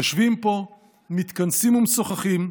יושבים פה, מתכנסים ומשוחחים,